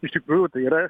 iš tikrųjų yra